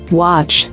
watch